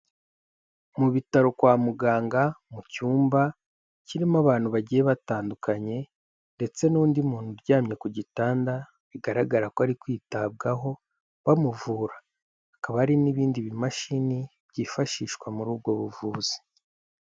Mu bitaro kwa muganga, mu cyumba kirimo abantu bagiye batandukanye ndetse n'undi muntu uryamye ku gitanda bigaragara ko ari kwitabwaho bamuvura, hakaba hari n'ibindi bimashini byifashishwa muri ubwo buvuzi.